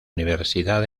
universidad